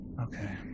Okay